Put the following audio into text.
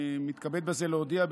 אני מתכבד בזה להודיע,